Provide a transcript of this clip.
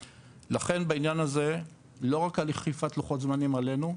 לכן בעניין הזה לא רק הליך אכיפת לוחות זמנים עלינו,